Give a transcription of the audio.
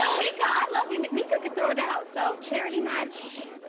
um minka, i love you. minka can throw down. so, charity match.